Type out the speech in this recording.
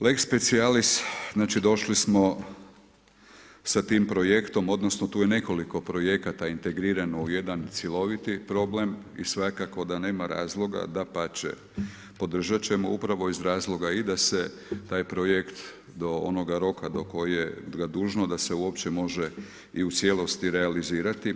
Lex specialis, znači došli smo sa tim projektom odnosno tu je nekoliko projekata integrirano u jedan cjeloviti problem i svakako da nema razloga, dapače, podržati ćemo upravo iz razloga i da se taj projekt do onoga roka do kojega je dužno da se uopće može i u cijelosti realizirati.